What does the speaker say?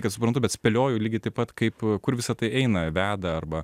kad suprantu bet spėlioju lygiai taip pat kaip kur visa tai eina veda arba